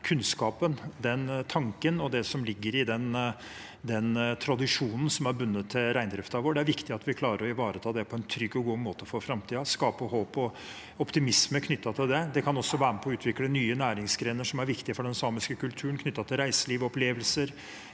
som ligger i den tradisjonen som er bundet til reindriften vår. Det er viktig at vi klarer å ivareta det på en trygg og god måte for framtiden – skape håp og optimisme knyttet til det. Det kan også være med på å utvikle nye næringsgrener som er viktige for den samiske kulturen, knyttet til reiselivsopplevelser